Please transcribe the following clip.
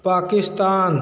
Pakistan